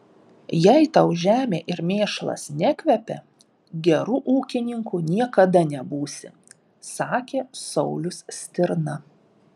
jei tau žemė ir mėšlas nekvepia geru ūkininku niekada nebūsi sakė saulius stirna